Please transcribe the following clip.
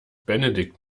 benedikt